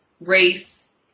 race